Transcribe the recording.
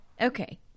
Okay